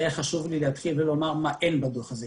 היה חשוב לי לומר מה אין בדוח הזה,